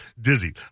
Dizzy